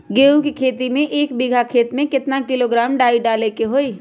गेहूं के खेती में एक बीघा खेत में केतना किलोग्राम डाई डाले के होई?